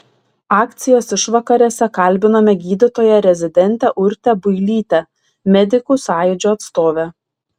akcijos išvakarėse kalbinome gydytoją rezidentę urtę builytę medikų sąjūdžio atstovę